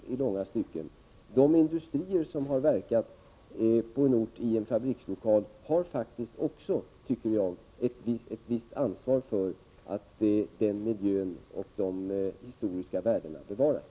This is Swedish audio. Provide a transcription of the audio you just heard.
Enligt min mening har de industrier som har verkat i en fabrikslokal på en ort faktiskt också ett visst ansvar för att miljön och de historiska värdena bevaras.